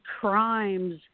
crimes